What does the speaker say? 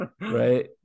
right